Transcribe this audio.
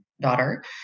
daughter